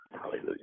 Hallelujah